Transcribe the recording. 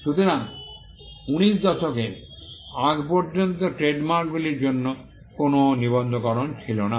সুতরাং 19th শতকের আগ পর্যন্ত ট্রেডমার্কগুলির জন্য কোনও নিবন্ধকরণ ছিল না